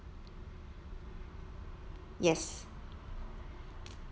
yes